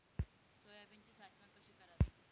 सोयाबीनची साठवण कशी करावी?